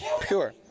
pure